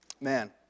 Man